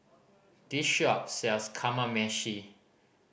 this shop sells Kamameshi